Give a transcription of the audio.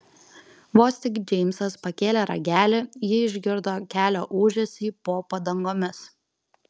vos tik džeimsas pakėlė ragelį ji išgirdo kelio ūžesį po padangomis